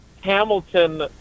Hamilton